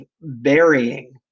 burying